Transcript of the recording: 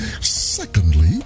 Secondly